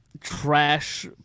trash